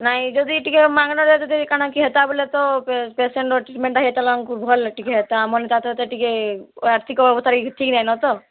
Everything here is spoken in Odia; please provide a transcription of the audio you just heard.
ନାଇଁ ଯଦି ଟିକେ ମାଗ୍ଣାରେ ଯଦି କାଣା କି ହେତା ବୋଇଲେ ତ ପେସେଣ୍ଟ୍ର ଟ୍ରିଟ୍ମେଣ୍ଟ୍ ହେଇଥିଲେ ଆମ୍କୁ ଭଲ୍ ଟିକେ ହେଇତା ମନ୍ଟା ତ ଟିକେ ଆର୍ଥିକ୍ ଅବସ୍ଥା ଟିକେ ଠିକ୍ ନାଇଁନ ତ